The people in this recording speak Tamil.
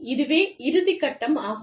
இதுவே இறுதிக் கட்டம் ஆகும்